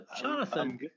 Jonathan